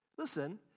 Listen